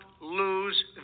lose